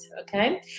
Okay